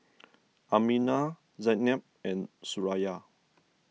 Aminah Zaynab and Suraya